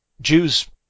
Jews